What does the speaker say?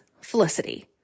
Felicity